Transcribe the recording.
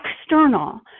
external